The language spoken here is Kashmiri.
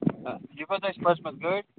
یہِ کوتاہ چھِ پٔجمٕژ گٲڑۍ